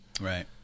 Right